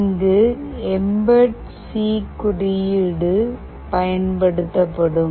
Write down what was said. இங்கு embed C குறியீடு பயன்படுத்தப்படும்